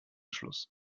schluss